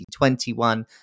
2021